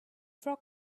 frog